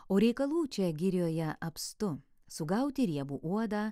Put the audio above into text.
o reikalų čia girioje apstu sugauti riebų uodą